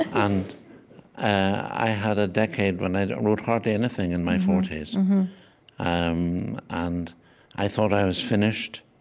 and i had a decade when i and and wrote hardly anything in my forty s, um and i thought i was finished.